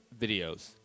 videos